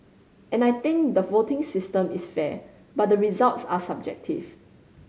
and I think the voting system is fair but the results are subjective